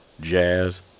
Jazz